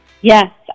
Yes